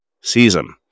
season